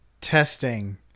testing